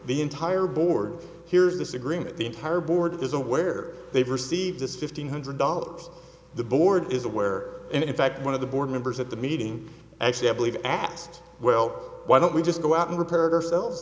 the entire board hears this agreement the entire board is aware they've received this fifteen hundred dollars the board is aware and in fact one of the board members at the meeting actually i believe asked well why don't we just go out and repaired ourselves